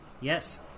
Yes